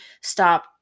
stop